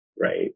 Right